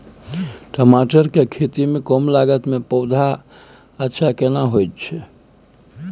टमाटर के खेती में कम लागत में पौधा अच्छा केना होयत छै?